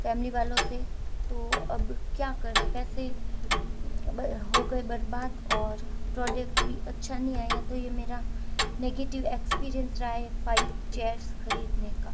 family वालों से तो अब क्या करें पैसे हो गए बर्बाद और प्रोडक्ट भी अच्छा नहीं आया तो यह मेरा नेगीटीव एक्सपीरियंस रहा है फाइव चेयर्स खरीदने का